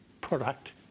product